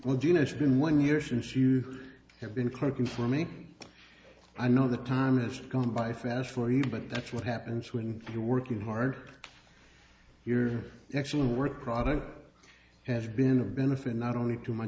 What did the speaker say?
what do you know it's been one year since you have been clucking for me i know the time has gone by fast for you but that's what happens when you're working hard you're actually work product has been a benefit not only to my